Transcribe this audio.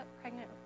pregnant